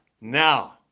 now